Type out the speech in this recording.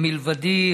מלבדי,